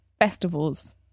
festivals